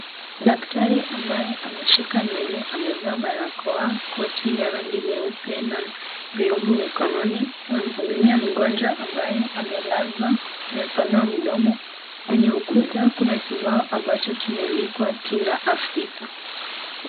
Daktari ambaye amesuka nywele amevaa barakoa, koti la rangi nyeupe na glavu mkononi anamhudumia mgonjwa ambaye amelazwa amepanua mdomo, kwenye ukuta kuna kibao ambacho kimeandikwa kinga Afrika.